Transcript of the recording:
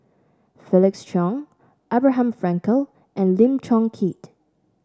Felix Cheong Abraham Frankel and Lim Chong Keat